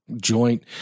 joint